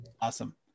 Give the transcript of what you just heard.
Awesome